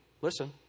listen